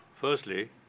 firstly